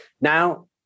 now